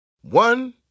One